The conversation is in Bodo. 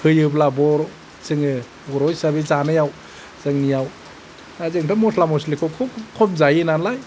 फैयोब्ला बर जोङो बर' हिसाबै जानायाव जोंनियाव जोंथ' मस्ला मस्लिखौ खुब खम जायो नालाय